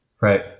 Right